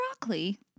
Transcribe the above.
broccoli